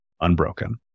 unbroken